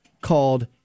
called